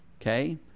Okay